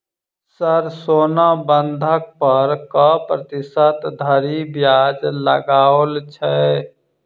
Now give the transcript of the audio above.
Sir सोना बंधक पर कऽ प्रतिशत धरि ब्याज लगाओल छैय?